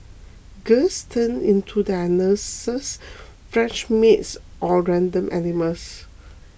girls turn into their nurses French maids or random animals